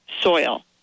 soil